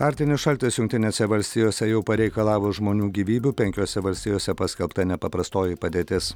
arktinis šaltis jungtinėse valstijose jau pareikalavo žmonių gyvybių penkiose valstijose paskelbta nepaprastoji padėtis